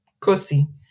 Kosi